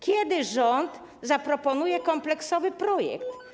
Kiedy rząd zaproponuje kompleksowy projekt?